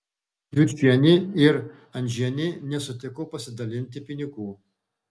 jučienė ir andžienė nesutiko pasidalinti pinigų